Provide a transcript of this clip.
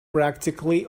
practically